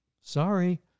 Sorry